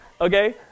Okay